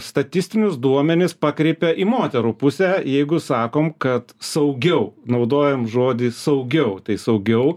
statistinius duomenis pakreipia į moterų pusę jeigu sakom kad saugiau naudojam žodį saugiau tai saugiau